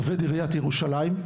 עובד עיריית ירושלים,